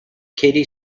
katie